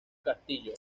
castillo